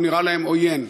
הוא נראה להם עוין,